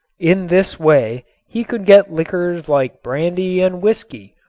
in this way he could get liquors like brandy and whisky,